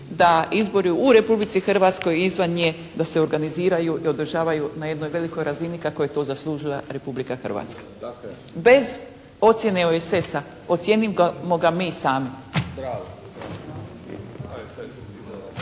da izbori u Republici Hrvatskoj i izvan nje da se organiziraju i održavaju na jednoj velikoj razini kako je to zaslužila Republika Hrvatska bez ocjene OESS-a ocijenimo ga mi sami.